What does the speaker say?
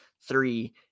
three